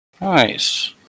Nice